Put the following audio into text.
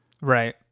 Right